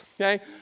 okay